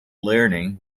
learning